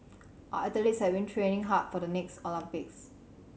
our athletes have been training hard for the next Olympics